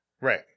right